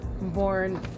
born